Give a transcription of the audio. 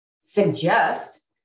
suggest